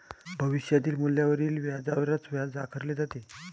भविष्यातील मूल्यावरील व्याजावरच व्याज आकारले जाते